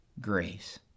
grace